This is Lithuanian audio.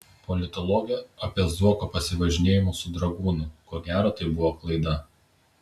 politologė apie zuoko pasivažinėjimus su dragūnu ko gero tai buvo klaida